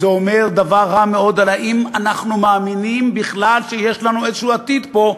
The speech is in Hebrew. זה אומר דבר רע מאוד על האם אנחנו מאמינים בכלל שיש לנו עתיד כלשהו פה,